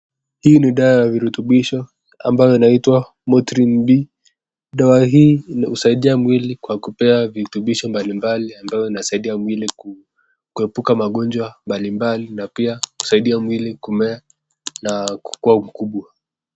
Hii ni dawa ya virutubisho ambayo inaitwa Motrin B. Dawa hii husaidia mwili kwa kupea virutubisho mbali mbali ambayo inasaidia mwili kuepeka magonjwa mbali mbali na pia kusaidia mwili kumea na kua mkubwa.